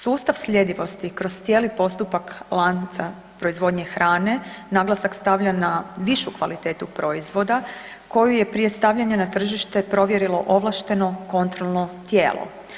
Sustav sljedivosti kroz cijeli postupak lanca proizvodnje hrane naglasak stavlja na višu kvalitetu proizvoda, koju je prije stavljanja na tržište provjerilo ovlašteno kontrolno tijelo.